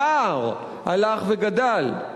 הפער הלך וגדל.